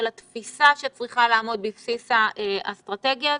התפיסה שצריכה לעמוד בבסיס האסטרטגיה הזו.